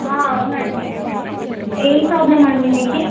అవునండి మీ ఏమి ప్రాబ్లమ్ అండి మీకి